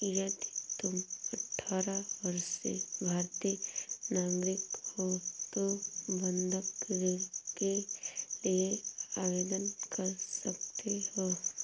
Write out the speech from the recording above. यदि तुम अठारह वर्षीय भारतीय नागरिक हो तो बंधक ऋण के लिए आवेदन कर सकते हो